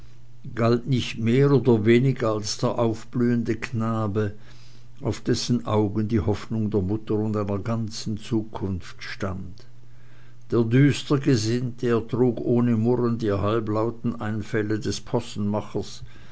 galt nicht mehr oder weniger als der aufblühende knabe auf dessen augen die hoffnung der mutter und einer ganzen zukunft stand der düster gesinnte ertrug ohne murren die halblauten einfälle des